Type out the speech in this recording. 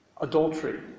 adultery